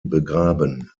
begraben